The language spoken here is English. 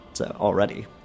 already